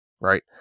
right